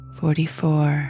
forty-four